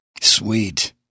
Sweet